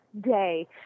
day